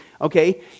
Okay